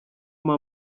mpa